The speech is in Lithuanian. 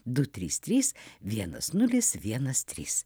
du trys trys vienas nulis vienas trys